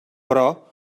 però